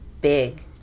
big